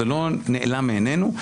זה לא נעלם מענינו,